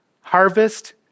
harvest